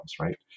right